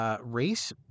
race